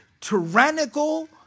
tyrannical